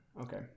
Okay